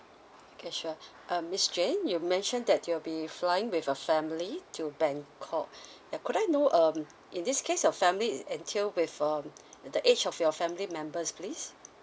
okay sure uh miss jane you mention that you'll be flying with a family to bangkok ya could I know um in this case your family uh entail with um the age of your family members please